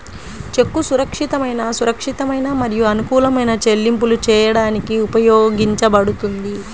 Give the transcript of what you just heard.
చెక్కు సురక్షితమైన, సురక్షితమైన మరియు అనుకూలమైన చెల్లింపులు చేయడానికి ఉపయోగించబడుతుంది